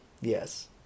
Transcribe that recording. Yes